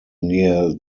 near